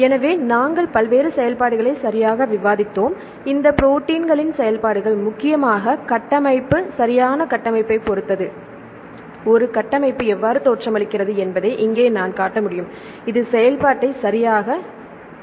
எனவே நாங்கள் பல்வேறு செயல்பாடுகளை சரியாக விவாதித்தோம் இந்த ப்ரோடீன்களின் செயல்பாடுகள் முக்கியமாக கட்டமைப்பு சரியான கட்டமைப்பைப் பொறுத்தது ஒரு கட்டமைப்பை எவ்வாறு தோற்றமளிக்கிறது என்பதை இங்கே நான் காட்ட முடியும் இது செயல்பாட்டை சரிபார்க்க உதவும்